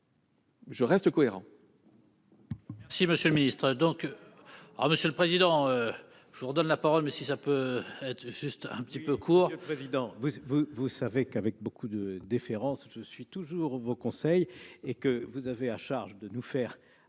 Je reste cohérent